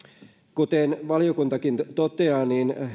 kuten valiokuntakin toteaa